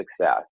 success